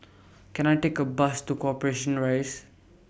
Can I Take A Bus to Corporation Rise